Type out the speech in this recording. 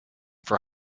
for